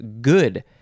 good